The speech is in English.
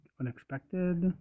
Unexpected